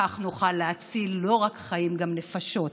כך נוכל להציל לא רק חיים, גם נפשות.